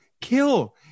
kill